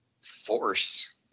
force